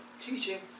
teaching